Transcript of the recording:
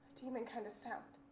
unhuman kind of sound.